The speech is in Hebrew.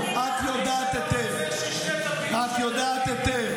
אתה חושב שאתה בעל הבית?